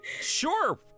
sure